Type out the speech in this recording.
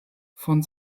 von